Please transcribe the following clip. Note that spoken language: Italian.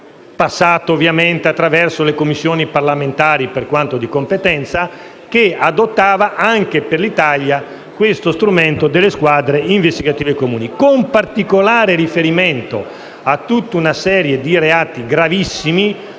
passato ovviamente attraverso le Commissioni parlamentari per quanto di competenza, che adottava anche per l'Italia lo strumento delle squadre investigative comuni, con particolare riferimento a tutta una serie di reati gravissimi,